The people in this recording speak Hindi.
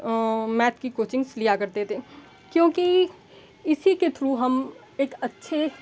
मैथ की कोचिंग्स लिया करते थे क्योंकि इसी के थ्रू हम एक अच्छे